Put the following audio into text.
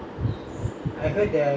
ya I saw